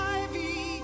ivy